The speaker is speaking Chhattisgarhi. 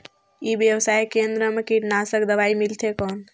ई व्यवसाय केंद्र मा कीटनाशक दवाई मिलथे कौन?